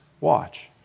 watch